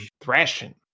Thrashing